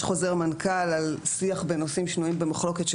יש חוזר מנכ"ל על שיח בנושאים שנויים במחלוקת,